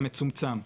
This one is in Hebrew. המצומצם,